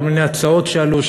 כל מיני הצעות שעלו,